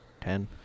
Ten